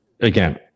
again